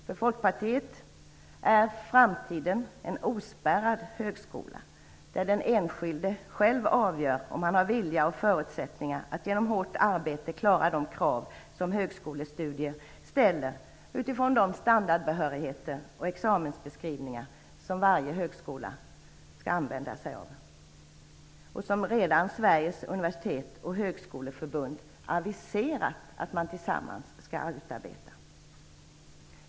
För Folkpartiet är framtiden en ospärrad högskola där den enskilde själv avgör om han har vilja och förutsättningar att genom hårt arbete klara de krav som högskolestudier ställer utifrån de standardbehörigheter och examensbeskrivningar som varje högskola skall använda sig av och som redan Sveriges universitets och högskoleförbund aviserat att man tillsammans skall utarbeta.